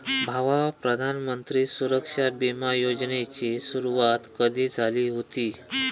भावा, प्रधानमंत्री सुरक्षा बिमा योजनेची सुरुवात कधी झाली हुती